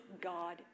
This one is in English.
God